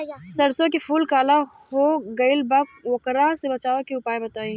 सरसों के फूल काला हो गएल बा वोकरा से बचाव के उपाय बताई?